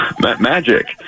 Magic